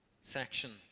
section